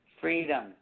freedom